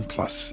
Plus